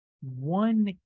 one